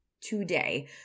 today